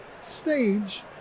stage